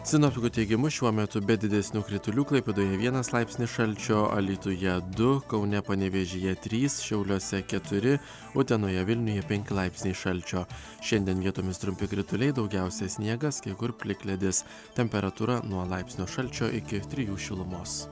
sinoptikų teigimu šiuo metu be didesnių kritulių klaipėdoje vienas laipsnį šalčio alytuje du kaune panevėžyje trys šiauliuose keturi utenoje vilniuj penki laipsniai šalčio šiandien vietomis trumpi krituliai daugiausia sniegas kai kur plikledis temperatūra nuo laipsnio šalčio iki trijų šilumos